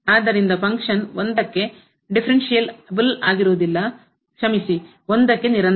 ಆದ್ದರಿಂದ ಫಂಕ್ಷನ್ ಕಾರ್ಯವು 1 ಕ್ಕೆ ದಿಫರೆನ್ಸ್ಸಿಬಲ್ ಆವಾಗಿರುವುದಿಲ್ಲ ಓಹ್ ಕ್ಷಮಿಸಿ 1 ಕ್ಕೆ ನಿರಂತರ